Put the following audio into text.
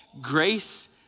grace